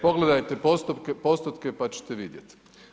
Pogledate postotke pa ćete vidjeti.